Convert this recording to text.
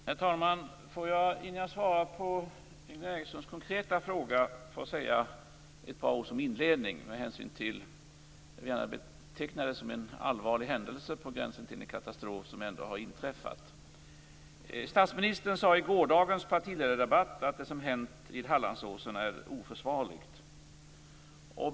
Herr talman! Låt mig innan jag svarar på Ingvar Erikssons konkreta fråga få säga några ord som inledning, med hänsyn till att jag vill beteckna det som har inträffat som en allvarlig händelse, på gränsen till katastrof. Statsministern sade i gårdagens partiledardebatt att det som hänt vid Hallandsåsen är oförsvarligt.